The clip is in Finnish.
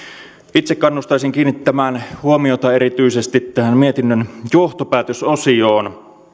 itse kannustaisin kiinnittämään huomiota erityisesti tähän mietinnön johtopäätösosioon